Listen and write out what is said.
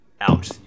out